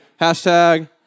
Hashtag